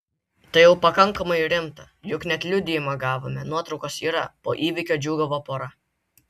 tai jau pakankamai rimta juk net liudijimą gavome nuotraukos yra po įvykio džiūgavo pora